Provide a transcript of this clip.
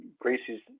Gracie's